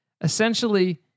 essentially